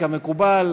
כמקובל,